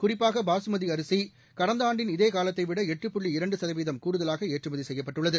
குறிப்பாக பாசுமதி அரிசி கடந்த ஆண்டின் இதே காலத்தைவிட எட்டு புள்ளி இரண்டு சதவீதம் கூடுதலாக ஏற்றுமதி செய்யப்பட்டுள்ளது